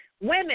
Women